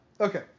Okay